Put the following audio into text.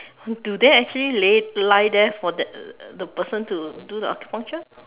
do they actually lay lie there for the the person to do the acupuncture